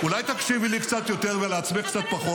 אולי תקשיבי לי קצת יותר ולעצמך קצת פחות?